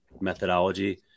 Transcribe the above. methodology